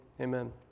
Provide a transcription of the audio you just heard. Amen